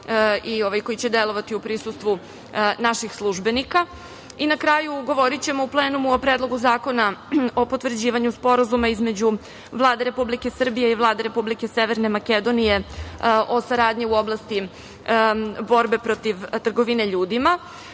koji će delovati u prisustvu naših službenika. Na kraju, govorićemo u plenumu o Predlogu zakona o potvrđivanju Sporazuma između Vlade Republike Srbije i Vlade Republike Severne Makedonije o saradnji u oblasti borbe protiv trgovine ljudima.